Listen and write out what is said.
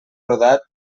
brodat